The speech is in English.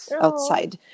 outside